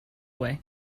way